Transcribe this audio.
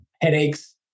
headaches